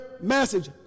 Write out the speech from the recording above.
message